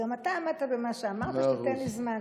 וגם אתה עמדת במה שאמרת, שאתה תיתן לי זמן.